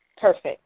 Perfect